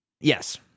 Yes